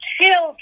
children